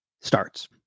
starts